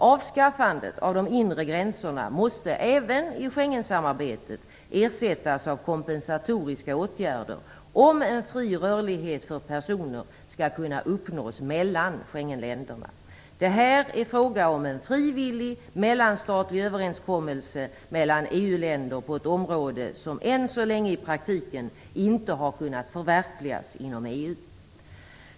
Avskaffandet av de inre gränserna måste även i Schengensamarbetet ersättas av kompensatoriska åtgärder, om en fri rörlighet för personer skall kunna uppnås mellan Schengenländerna. Det är här fråga om en frivillig, mellanstatlig överenskommelse mellan EU-länder på ett område som än så länge i praktiken inte har kunnat förverkligas inom EU.